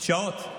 שעות.